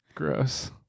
gross